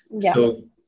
Yes